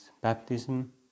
baptism